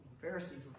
Pharisees